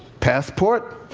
passport,